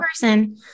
person